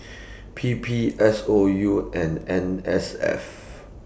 P P S O U and N S F